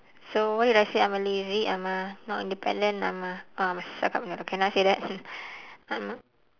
so what did I say I'm a lazy I'm a not independent I'm a uh suck up can I say that I'm